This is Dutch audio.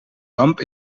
lamp